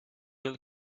will